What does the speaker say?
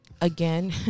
again